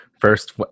first